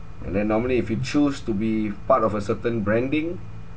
and then normally if you choose to be part of a certain branding